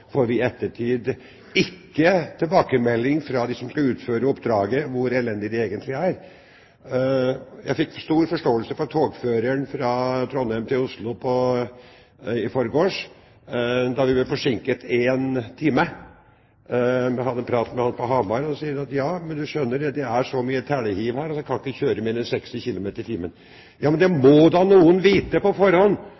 får vi i ettertid ikke tilbakemelding fra dem som skal utføre oppdraget, om hvor elendig det egentlig er. Jeg fikk stor forståelse for togføreren på toget fra Trondheim til Oslo i forgårs da vi ble forsinket én time. Jeg hadde en prat med ham på Hamar, og han sier at ja, du skjønner det er så mye telehiv her så jeg kan ikke kjøre i mer enn 60 km/t. Ja, men det